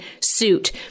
suit